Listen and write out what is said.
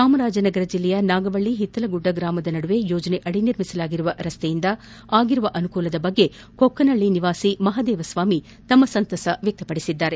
ಚಾಮರಾಜನಗರ ಜಿಲ್ಲೆಯ ನಾಗವಳ್ಳ ಹಿತ್ತಲಗುಡ್ಡ ಗ್ರಾಮದ ನಡುವೆ ಯೋಜನೆಯಡಿ ನಿರ್ಮಿಸಲಾದ ರಸ್ತೆಯಿಂದ ಆಗಿರುವ ಅನುಕೂಲದ ಬಗ್ಗೆ ಕೊಕ್ಕನಹಳ್ಳಿಯ ನಿವಾಸಿ ಮಹದೇವಸ್ವಾಮಿ ತಮ್ಮ ಸಂತಸ ವ್ವಕಪಡಿಸಿದ್ದಾರೆ